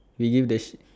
will you dare